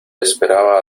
esperaba